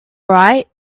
right